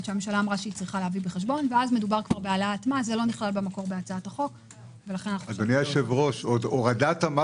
צריך לבחון האם זה נכנס למצבים שבהוראת הביצוע